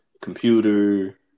computer